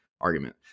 argument